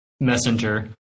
Messenger